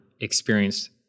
experienced